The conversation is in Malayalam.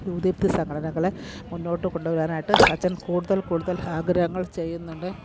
യുവദീപ്തി സംഘടനകളെ മുന്നോട്ട് കൊണ്ടുവരാനായിട്ട് അച്ചൻ കൂടുതൽ കൂടുതൽ ആഗ്രഹങ്ങൾ ചെയ്യുന്നുണ്ട്